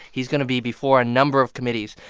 he's going to be before a number of committees.